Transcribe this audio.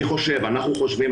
אנחנו חושבים,